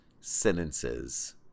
sentences